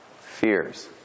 fears